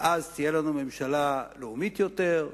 ואז תהיה לנו ממשלה לאומית יותר,